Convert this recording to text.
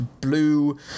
blue